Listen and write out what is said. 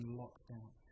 lockdown